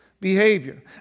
behavior